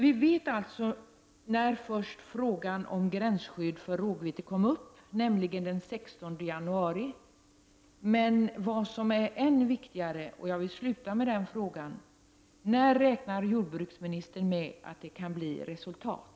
Vi vet alltså att frågan om gränsskydd för rågvete först kom upp den 16 januari, men än viktigare är frågan: När räknar jordbruksministern med att det kan bli resultat?